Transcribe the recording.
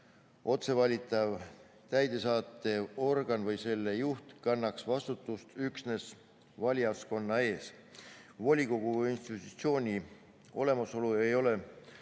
otsevalitav täidesaatev organ või selle juht kannaks vastutust üksnes valijaskonna ees. Volikogu institutsiooni olemasolu ei ole